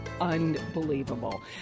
unbelievable